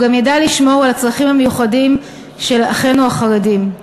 הוא גם ידע לשמור על הצרכים המיוחדים של אחינו החרדים.